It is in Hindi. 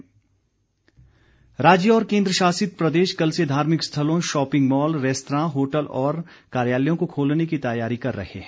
दिशा निर्देश राज्य और केंद्रशासित प्रदेश कल से धार्मिक स्थलों शॉपिंग मॉल रेस्तरां होटल और कार्यालयों को खोलने की तैयारी कर रहे हैं